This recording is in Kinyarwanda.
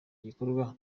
gikorwa